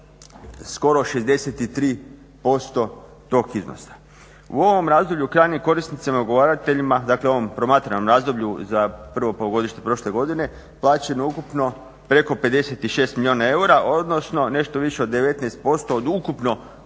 razdoblju za prvo polugodište prošle godine isplaćeno je ukupno preko 56 milijuna eura odnosno nešto više od 19% od ukupno